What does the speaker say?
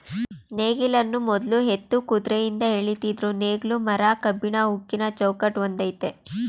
ನೇಗಿಲನ್ನು ಮೊದ್ಲು ಎತ್ತು ಕುದ್ರೆಯಿಂದ ಎಳಿತಿದ್ರು ನೇಗ್ಲು ಮರ ಕಬ್ಬಿಣ ಉಕ್ಕಿನ ಚೌಕಟ್ ಹೊಂದಯ್ತೆ